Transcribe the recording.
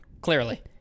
Clearly